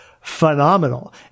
phenomenal